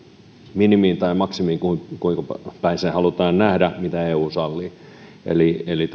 minimiin tai maksimiin kuinka kuinka päin se halutaan nähdä mitä eu sallii eli eli